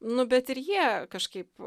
nu bet ir jie kažkaip